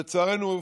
לצערנו,